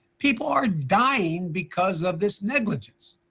people are tying because of this negligence,